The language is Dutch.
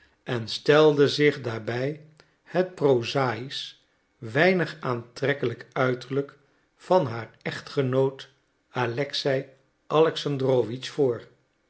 en stelde zich daarbij het prozaïsch weinig aantrekkelijk uiterlijk van haar echtgenoot alexei alexandrowitsch voor